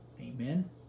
Amen